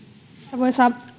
arvoisa